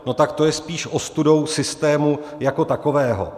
No tak to je spíš ostudou systému jako takového.